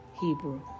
Hebrew